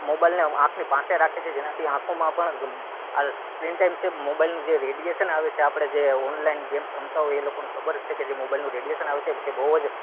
મોબાઈલને આંખની પાસે રાખે છે જેનાથી આંખોમાં પણ આ સ્ક્રીન ટાઈમ છે મોબાઈલનું જે રેડીસન આવે છે આપણે જે ઓનલાઈન ગેમ્સ રમતા હોય એ લોકોને ખબર હશે કે જે મોબાઈલનું રેડીશન આવે છે એ બહુ જ